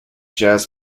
jazz